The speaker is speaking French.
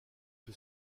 que